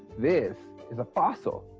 this is a fossil,